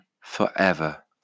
forever